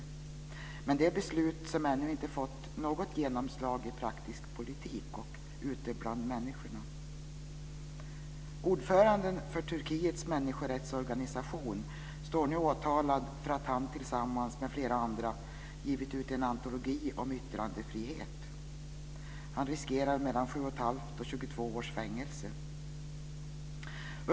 Det är dock ett beslut som ännu inte fått något genomslag i praktisk politik och ute bland människorna. Ordföranden för Turkiets människorättsorganisation står nu åtalad för att tillsammans med flera andra ha gett ut en antologi om yttrandefrihet. Han riskerar mellan 7 1⁄2 och 22 års fängelse.